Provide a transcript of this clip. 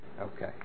Okay